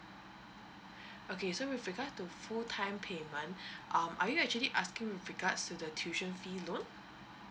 okay so with regards to full time payment um are you actually asking with regards to the tuition fees loan